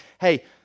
hey